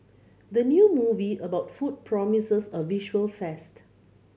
the new movie about food promises a visual feast